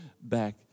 back